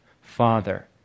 Father